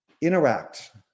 interact